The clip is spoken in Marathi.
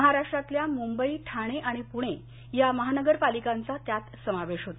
महाराष्ट्रातल्या मुंबई ठाणे आणि पुणे या महानगरपालिकांचा त्यात समावेश होता